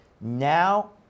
now